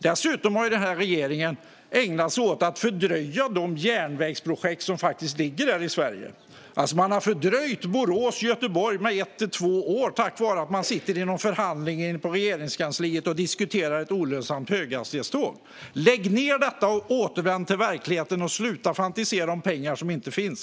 Dessutom har denna regering ägnat sig åt att fördröja de järnvägsprojekt som faktiskt finns i Sverige. Man har fördröjt Borås-Göteborg med ett till två år på grund av att man sitter i någon förhandling på Regeringskansliet och diskuterar olönsamma höghastighetståg. Lägg ned detta och återvänd till verkligheten, och sluta fantisera om pengar som inte finns!